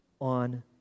on